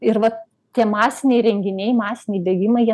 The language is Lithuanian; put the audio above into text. ir vat tie masiniai renginiai masiniai bėgimai jie